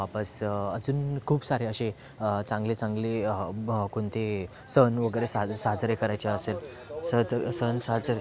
वापस अजून खूप सारे असे चांगले चांगले कोणते सण वगैरे साजरे साजरे करायचे असेल सहज सण साजरे